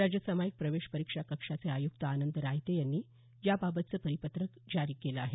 राज्य सामाईक प्रवेश परीक्षा कक्षाचे आयुक्त आनंद रायते यांनी याबाबतचं परिपत्रक जारी केलं आहे